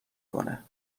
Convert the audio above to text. کنه